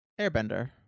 Airbender